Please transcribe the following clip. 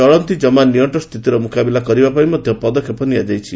ଚଳନ୍ତି ଜମା ନିଅକ୍କ ସ୍ଥିତିର ମ୍ରକାବିଲା କରିବାପାଇଁ ମଧ୍ୟ ପଦକ୍ଷେପସବ୍ ନିଆଯାଇଛି